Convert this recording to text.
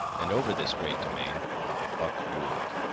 and over this great demesne buck ruled.